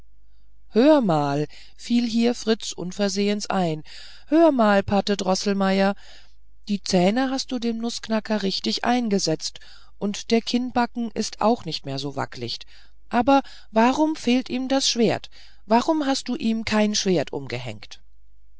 hör mal fiel hier fritz unversehens ein hör mal pate droßelmeier die zähne hast du dem nußknacker richtig eingesetzt und der kinnbacken ist auch nicht mehr so wackelig aber warum fehlt ihm das schwert warum hast du ihm kein schwert umgehängt